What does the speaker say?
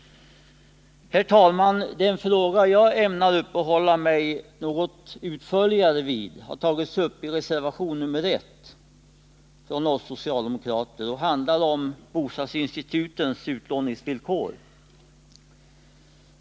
Herr talman! Den fråga jag ämnar behandla något utförligare har tagits upp i reservation 1 från oss socialdemokrater och rör bostadsinstitutens utlåningsvillkor.